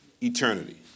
eternity